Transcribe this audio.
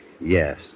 Yes